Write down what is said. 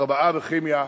ארבעה בכימיה,